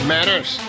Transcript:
Matters